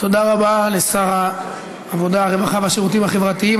תודה רבה לשר העבודה, הרווחה והשירותים החברתיים.